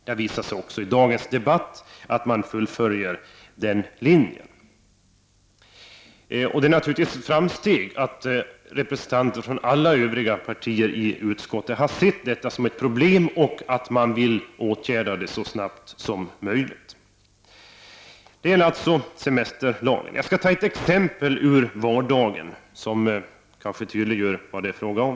Det har också i dagens debatt visat sig att socialdemokraterna fullföljer denna linje. Det är naturligtvis ett framsteg att representanter från alla Övriga partier i utskottet har sett detta som ett problem som man vill åtgärda så snabbt som möjligt. Detta gäller alltså semesterlagen. Jag skall ta ett exempel ur vardagen som kanske tydliggör vad det är fråga om.